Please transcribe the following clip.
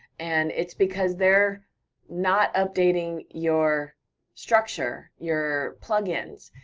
and it's because they're not updating your structure, your plugins,